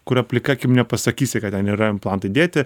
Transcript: kurio plika akim nepasakysi kad ten yra implantai dėti